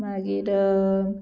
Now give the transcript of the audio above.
मागीर